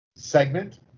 Segment